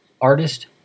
artist